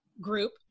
group